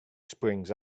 springs